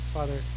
Father